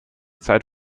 zeit